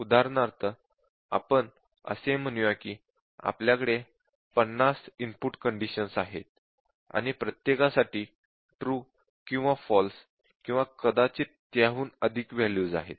उदाहरणार्थ आपण असे म्हणूया की आपल्याकडे 50 इनपुट कंडिशन्स आहेत आणि प्रत्येकासाठी ट्रू किंवा फाँल्स किंवा कदाचित त्याहून अधिक वॅल्यूज आहेत